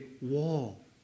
wall